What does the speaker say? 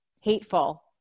hateful